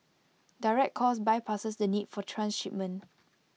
direct calls bypasses the need for transshipment